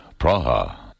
Praha